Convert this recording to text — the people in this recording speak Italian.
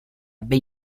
ebbe